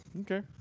Okay